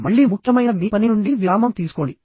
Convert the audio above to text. మళ్ళీ ముఖ్యమైన మీ పని నుండి విరామం తీసుకోండి